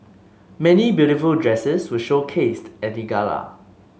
many beautiful dresses were showcased at the gala